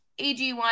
AG1